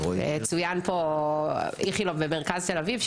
וצוין פה איכילוב במרכז תל אביב,